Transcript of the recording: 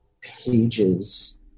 pages